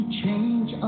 change